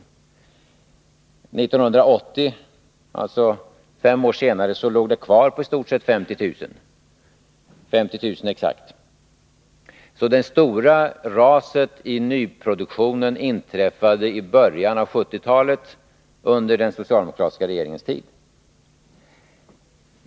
År 1980, alltså fem år senare, uppgick bostadsbyggandet till exakt 50 000 lägenheter. Det stora raset i nyproduktionen inträffade alltså i början av 1970-talet, under den socialdemokratiska regeringens tid.